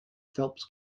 phelps